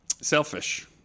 selfish